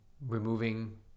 removing